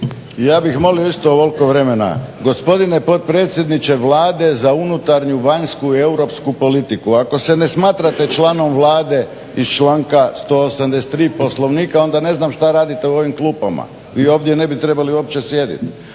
Ja bih molio isto ovoliko vremena. Gospodine potpredsjedniče Vlade za unutarnju, vanjsku i europsku politiku ako se ne smatrate članom Vladom iz članka 183. Poslovnika onda ne znam šta radite u ovim klupama, vi ovdje ne bi trebali uopće sjedit.